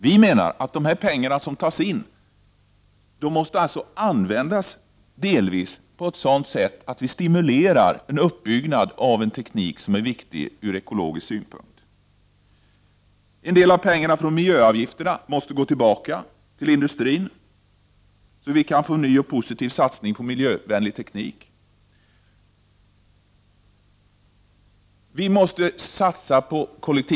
Vi menar att dessa pengar delvis måste användas så att man stimulerar uppbyggnad av en teknik som är viktig ur ekologisk synpunkt. En del av pengarna från miljöavgifterna bör gå tillbaka till industrin, så att vi kan få en ny och positiv satsning på miljövänlig teknik.